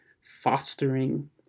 fostering